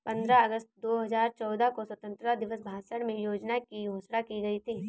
पन्द्रह अगस्त दो हजार चौदह को स्वतंत्रता दिवस भाषण में योजना की घोषणा की गयी थी